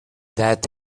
that